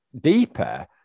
deeper